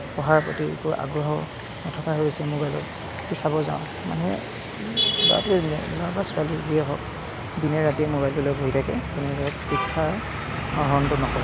পঢ়াৰ প্ৰতি একো আগ্ৰহ নথকা হৈ গৈছে মোবাইলক যদি চাব যাওঁ মানুহে ল'ৰা বা ছোৱালী যিয়ে হওক দিনে ৰাতিয়ে মোবাইলটো লৈ বহি থাকে তেনেদৰে শিক্ষা আহৰণতো নকৰে